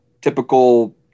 typical